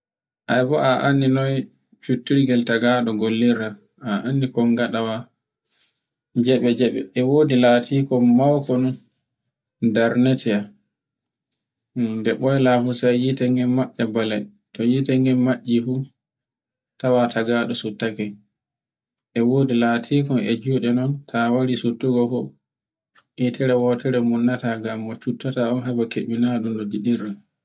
Ai bo anndi noy cuttirgal tagaɗo gollirta. A anndi kol ngaɗawa jaɓe-jaɓe e wodi latikol mauko non, darneteyan, nde ɓoyla fu sai hite gen macce bole. To hite nden macci fu, tawa tagaɗo suttake, e wodi latikol e juɗe non, ta wari suttugo non, hitere wotore munnata ngam mo cuttata un haba keɓina ɗo no giɗirɗa.